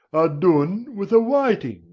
are done with a whiting.